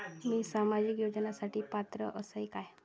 मी सामाजिक योजनांसाठी पात्र असय काय?